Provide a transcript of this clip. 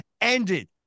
ended